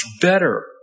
better